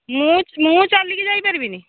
ମୁଁ ମୁଁ ଚାଲିକି ଯାଇପାରିବିନି